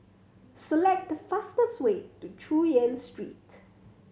select the fastest way to Chu Yen Street